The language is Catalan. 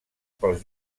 pels